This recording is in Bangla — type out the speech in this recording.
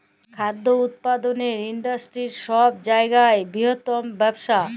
খাদ্য উৎপাদলের ইন্ডাস্টিরি ছব জায়গার বিরহত্তম ব্যবসা